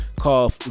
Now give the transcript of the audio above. call